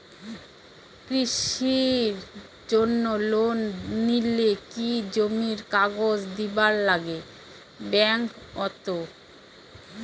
কৃষির জন্যে লোন নিলে কি জমির কাগজ দিবার নাগে ব্যাংক ওত?